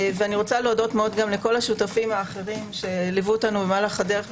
אני רוצה להודות כל השותפים האחרים שליוו אותנו במהלך הדרך,